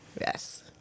Yes